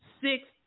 six